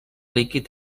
líquid